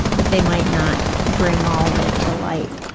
but they might not bring all of it to light.